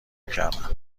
میکردم